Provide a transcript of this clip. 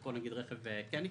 ופה רכב כן נכנס.